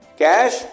cash